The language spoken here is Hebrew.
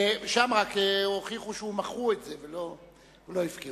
אלא ששם הוכיחו שמכרו את זה ולא הפקיעו.